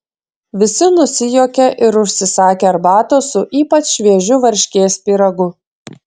visi nusijuokė ir užsisakė arbatos su ypač šviežiu varškės pyragu